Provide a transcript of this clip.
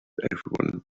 everyone